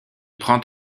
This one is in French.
prend